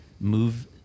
move